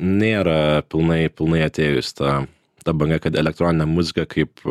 nėra pilnai pilnai atėjus ta ta banga kad elektroninė muzika kaip